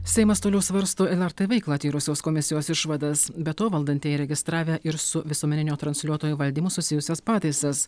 seimas toliau svarsto lrt veiklą tyrusios komisijos išvadas be to valdantieji registravę ir su visuomeninio transliuotojo valdymu susijusias pataisas